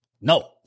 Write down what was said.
No